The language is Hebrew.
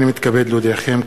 הנני מתכבד להודיעכם,